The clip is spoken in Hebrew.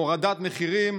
הורדת מחירים,